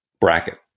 bracket